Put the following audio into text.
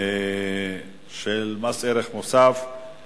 מס ערך מוסף (תיקון מס' 41)